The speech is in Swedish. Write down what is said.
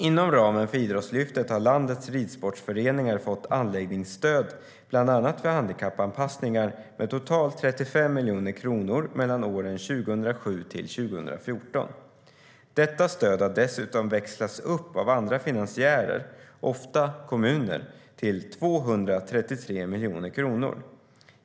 Inom ramen för Idrottslyftet har landets ridsportföreningar fått anläggningsstöd, bland annat för handikappanpassningar, med totalt 35 miljoner kronor åren 2007-2014. Detta stöd har dessutom växlats upp av andra finansiärer, ofta kommuner, till 233 miljoner kronor.